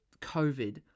COVID